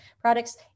products